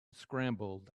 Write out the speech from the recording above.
scrambled